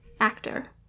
actor